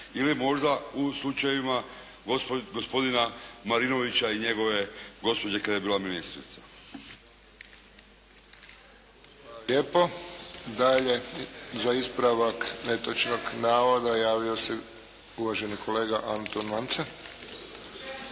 ili možda u slučajevima gospodina Marinovića i njegove gospođe koja je bila ministrica. **Friščić, Josip (HSS)** Hvala lijepo. Dalje za ispravak netočnog navoda javio se uvaženi kolega Anton Mance.